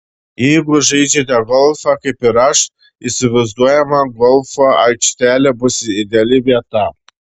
jeigu žaidžiate golfą kaip ir aš įsivaizduojama golfo aikštelė bus ideali vieta